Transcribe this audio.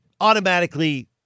automatically